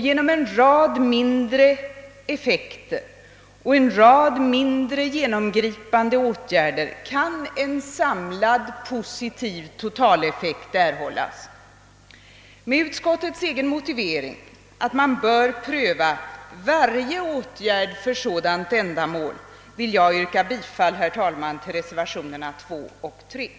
Genom en rad mindre ingripande åtgärder kan en samlad positiv totaleffekt erhållas. Med utskottets egen motivering att man bör pröva varje åtgärd för ett sådant ändamål vill jag, herr talman, yrka bifall till reservationerna II och TI.